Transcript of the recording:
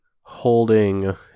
holding